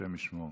השם ישמור.